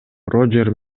рожер